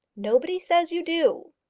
nobody says you do.